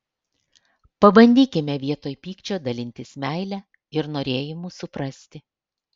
pabandykime vietoj pykčio dalintis meile ir norėjimu suprasti